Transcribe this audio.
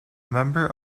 member